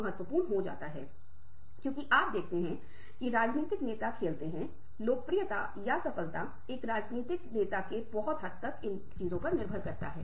वह क्या है जिसमें आप रुचि रखते हैं यह वह क्या है जिसमे दूसरे व्यक्ति रुचि रखता है